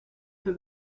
the